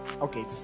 okay